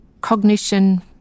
Cognition